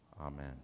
Amen